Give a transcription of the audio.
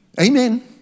Amen